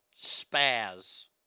spaz